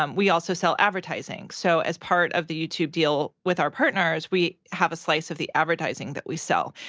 um we also sell advertising. so as part of the youtube deal, with our partners, we have a slice of the advertising that we sell.